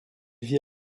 vit